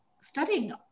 studying